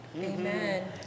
Amen